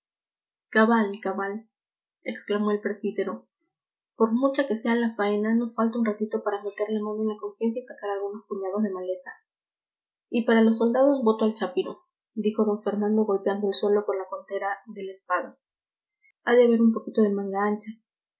cabal cabal exclamó el presbítero por mucha que sea la faena no falta un ratito para meter la mano en la conciencia y sacar algunos puñados de maleza y para los soldados voto al chápiro dijo d fernando golpeando el suelo con la contera de la espada ha de haber un poquito de manga ancha